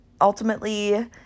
ultimately